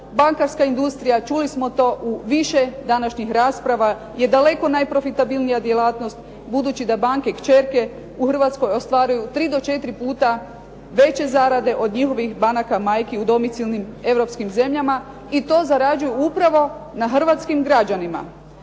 bankarska industrija, čuli smo to u više današnjih rasprava je daleko najprofitabilnija djelatnost budući da banke kćerke u Hrvatskoj ostvaruju 3 do 4 puta veće zarade od njihovih banaka majki u domicilnim europskim zemljama i to zarađuju upravo na hrvatskim građanima.